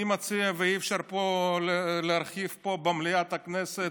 אני מציע, ואי-אפשר להרחיב פה במליאת הכנסת,